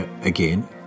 again